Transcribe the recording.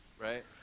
right